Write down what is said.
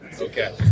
Okay